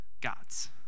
God's